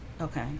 okay